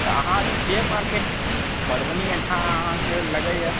तऽ अहाँ जे मारकेट मधुबनी अहाँके लगैयै